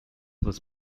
was